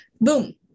boom